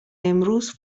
امروز